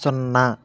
సున్నా